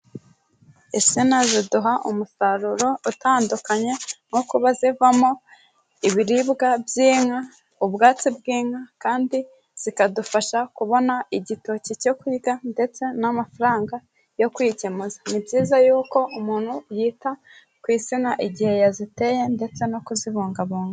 Isina ziduha umusaruro utandukanye, nko kuba zivamo ibiribwa by'inka, ubwatsi bw'inka, kandi zikadufasha kubona igitoki cyo kurya, ndetse n'amafaranga yo kwikenuza, ni byiza y'uko umuntu yita ku isina igihe yaziteye ndetse no kuzibungabunga.